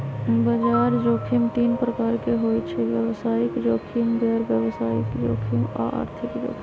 बजार जोखिम तीन प्रकार के होइ छइ व्यवसायिक जोखिम, गैर व्यवसाय जोखिम आऽ आर्थिक जोखिम